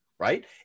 Right